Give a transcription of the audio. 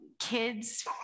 kids